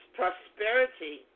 prosperity